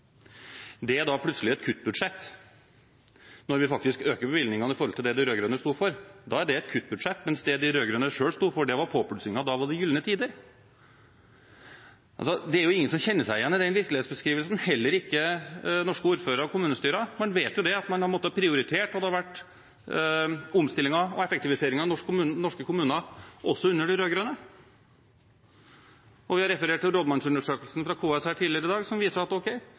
kroner, er da plutselig et kuttbudsjett. Når vi faktisk øker bevilgningene i forhold til det de rød-grønne sto for, da er det et kuttbudsjett, mens det de rød-grønne sto for, det var påplussinger. Da var det gylne tider. Det er jo ingen som kjenner seg igjen i den virkelighetsbeskrivelsen, heller ikke norske ordførere og kommunestyrer. Man vet at man har måttet prioritere, og at det har vært omstillinger og effektiviseringer i norske kommuner også under de rød-grønne. Vi har referert til rådmannsundersøkelsen fra KS tidligere i dag som viser at